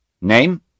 Name